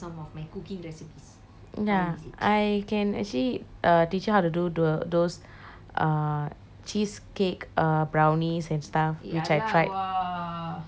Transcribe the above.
ya I can actually uh teach you to do the those err cheesecake uh brownies and stuff which I